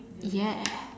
ya